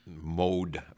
mode